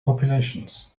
populations